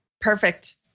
Perfect